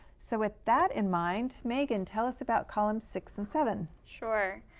so with that in mind, megan, tell us about columns six and seven. sure.